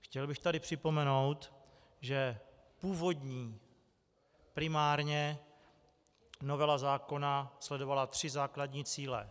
Chtěl bych tady připomenout, že původní primárně novela zákona sledovala tři základní cíle.